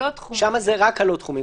שם זה רק הלא תחומים.